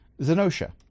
Zenosha